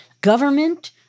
government